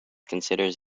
considers